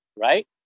Right